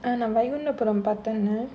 ஆனா:aanaa அப்புறம் பாத்தோனே:appuram paathonnae